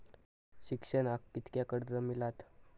शिक्षणाक कीतक्या कर्ज मिलात?